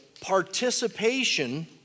participation